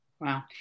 Wow